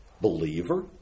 believer